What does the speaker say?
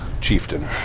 chieftain